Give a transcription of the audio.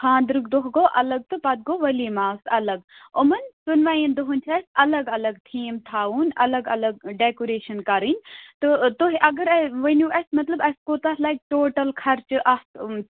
خانٛدرُک دۄہ گوٚو الگ تہٕ پَتہٕ گوٚو ؤلیٖما الگ یِمَن دۅنوٕنی دۄہَن چھِ اَسہِ الگ الگ تھیٖم تھاوُن الگ الگ ڈیکوٗریشَن کَرٕنۍ تہٕ تُہۍ اگرے ؤنِو اَسہِ مطلب اَسہِ کوتاہ لَگہِ ٹوٹَل خرچہٕ اَتھ